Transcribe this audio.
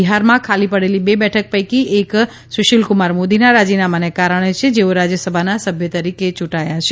બિહારમાં ખાલી પડેલી બે બેઠક પૈકી એક શૃશીલ કુમાર મોદીના રાજીનામાંને કારણે છે જેઓ રાજ્યસભાના સભ્ય તરીકે ચૂંટાયા છે